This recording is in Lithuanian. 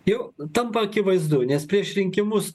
jau tampa akivaizdu nes prieš rinkimus